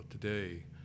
today